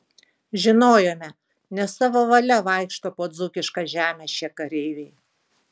žinojome ne savo valia vaikšto po dzūkišką žemę šie kareiviai